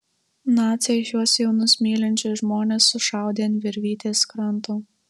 naciai šiuos jaunus mylinčius žmones sušaudė ant virvytės kranto